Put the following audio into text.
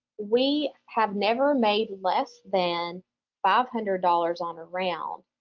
we have never made less than five hundred dollars on a round.